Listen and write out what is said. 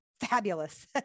fabulous